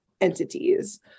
entities